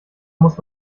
muss